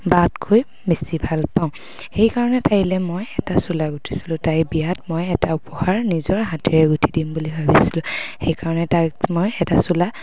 বাতকৈ বেছি ভাল পাওঁ সেইকাৰণে তাইলে মই এটা চোলা গুঠিছিলোঁ তাইৰ বিয়াত মই এটা উপহাৰ নিজৰ হাতেৰে গুঠি দিম বুলি ভাবিছিলোঁ সেইকাৰণে তাইক মই এটা চোলা